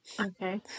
okay